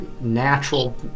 natural